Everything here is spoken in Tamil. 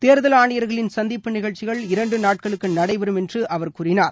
தேர்தல் ஆணையர்களின் சந்திப்பு நிகழ்ச்சிகள் இரண்டு நாட்களுக்கு நடைபெறும் என்று அவர் கூறினார்